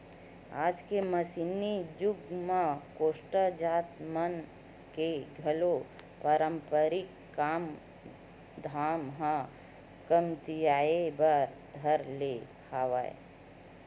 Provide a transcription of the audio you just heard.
आज के मसीनी जुग म कोस्टा जात मन के घलो पारंपरिक काम धाम ह कमतियाये बर धर ले हवय